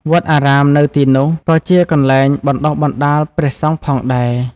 វត្តអារាមនៅទីនោះក៏ជាកន្លែងបណ្តុះបណ្តាលព្រះសង្ឃផងដែរ។